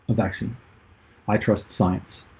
vaccine i trust science.